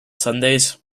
sundays